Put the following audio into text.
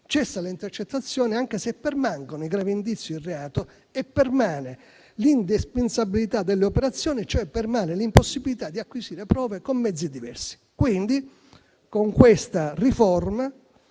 cessano le intercettazioni, anche se permangono i gravi indizi di reato e l'indispensabilità delle operazioni, cioè l'impossibilità di acquisire prove con mezzi diversi. Quindi, con questa riforma